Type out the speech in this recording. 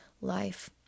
life